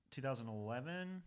2011